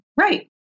Right